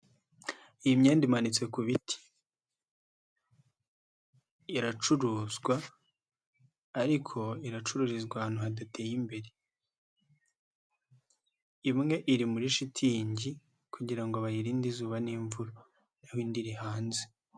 Iyi myenda imanitse ku biti, iracuruzwa ariko iracururizwa ahantu hadateye imbere, imwe iri muri shitingi kugira ngo bayirinde imvura n'imvura naho indi iri hanze.